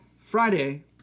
Friday